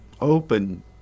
open